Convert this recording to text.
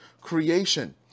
creation